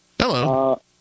Hello